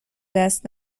دست